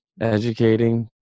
educating